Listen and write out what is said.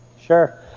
Sure